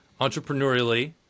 entrepreneurially